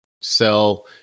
sell